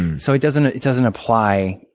so it doesn't it doesn't apply